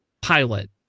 pilot